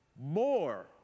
more